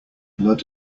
blood